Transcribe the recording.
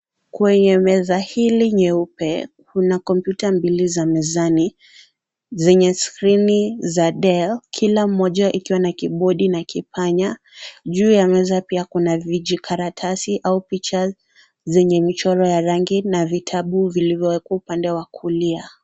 Kwenye meza hili nyeupe kuna kompyuta mbili za mezani zenye skrini za Dell kila mmoja ikiwa na kibodi na kipanya. Juu ya meza pia kuna vijikaratasi au picha zenye michoro ya rangi na vitabu vilivyowekwa upande wa kulia.